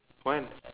when